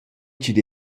chi’d